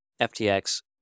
FTX